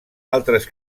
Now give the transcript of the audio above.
altres